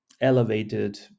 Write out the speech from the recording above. elevated